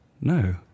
No